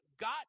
got